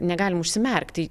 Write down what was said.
negalim užsimerkti